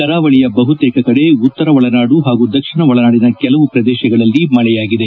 ಕರಾವಳಿಯ ಬಹುತೇಕ ಕಡೆ ಉತ್ತರ ಒಳನಾಡು ಪಾಗೂ ದಕ್ಷಿಣ ಒಳನಾಡಿನ ಕೆಲವು ಪ್ರದೇಶಗಳಲ್ಲಿ ಮಳೆಯಾಗಿದೆ